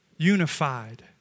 Unified